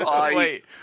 Wait